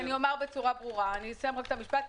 אומר בצורה ברורה, רק אסיים את המשפט.